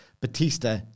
Batista